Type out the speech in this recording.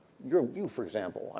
you are you, for example. um